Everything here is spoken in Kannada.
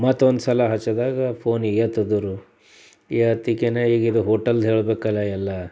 ಮತ್ತೊಂದು ಸಲ ಹಚ್ಚಿದಾಗ ಫೋನ್ ಎತ್ತಿದರು ಎತ್ತಿಕೆನೆ ಈಗಿದು ಹೋಟಲ್ದು ಹೇಳಬೇಕಲ್ಲ ಎಲ್ಲ